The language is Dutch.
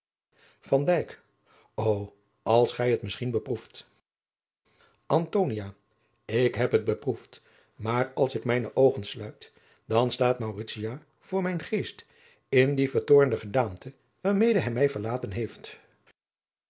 o als gij het misschien beproeft antonia ik heb het beproefd maar als ik mijne oogen sluit dan dan staat mauritio voor mijn geest in die vertoornde gedaante waarmede hij mij verlaten heeft